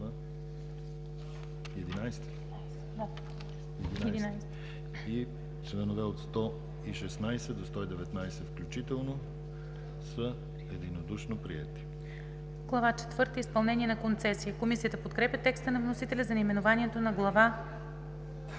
четвърта – Изпълнение на концесия“. Комисията подкрепя текста на вносителя за наименованието на Глава